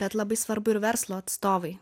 bet labai svarbu ir verslo atstovai